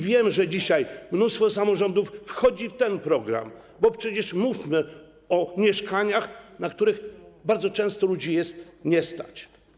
Wiem, że dzisiaj mnóstwo samorządów wchodzi do tego programu, bo przecież mówimy o mieszkaniach, na które bardzo często ludzi nie stać.